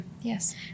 Yes